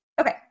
Okay